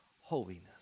holiness